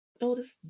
notice